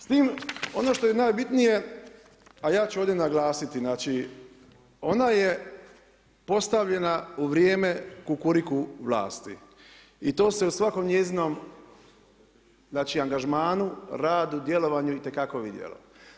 S time, ono što je najbitnije a ja ću ovdje naglasiti znači, ona je postavljena u vrijeme kukuriku vlasti i to se u svakom njezinom, znači angažmanu, radu, djelovanju itekako vidjelo.